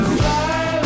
fly